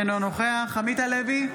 אינו נוכח עמית הלוי,